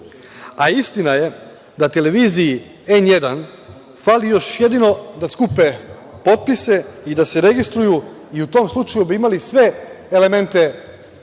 A istina je da televiziji „N1“ fali još jedino da skupe potpise i da se registruju i u tom slučaju bi imali sve elemente